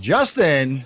Justin